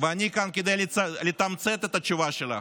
ואני כאן כדי לתמצת את התשובה שלך: